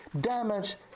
damage